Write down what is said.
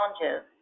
challenges